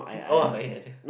oh eh I think